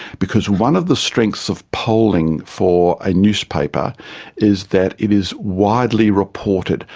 because one of the strengths of polling for a newspaper is that it is widely reported.